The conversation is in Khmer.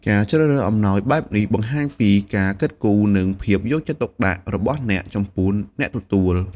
ការជ្រើសរើសអំណោយបែបនេះ បង្ហាញពីការគិតគូរ និងភាពយកចិត្តទុកដាក់របស់អ្នកចំពោះអ្នកទទួល។